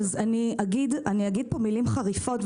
אז אני אגיד פה מילים חריפות,